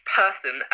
person